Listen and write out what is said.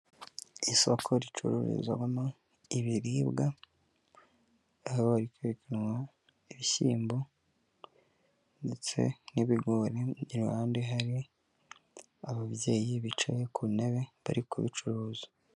Isoko ricururizwamo ibiribwa ahaba ri kwekanwa ibishyimbo ndetse n'ibigori iruhande hari ababyeyi bicaye ku ntebe bari kubi kubicuruza.